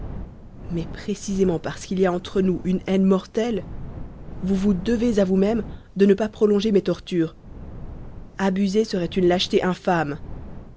mais précisément parce qu'il y a entre nous une haine mortelle vous vous devez à vous-même de ne pas prolonger mes tortures abuser serait une